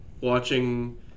watching